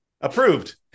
Approved